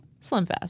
SlimFast